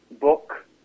book